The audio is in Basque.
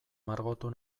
margotu